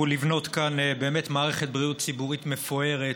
לבנות כאן באמת מערכת בריאות ציבורית מפוארת,